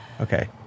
Okay